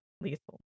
lethal